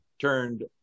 turned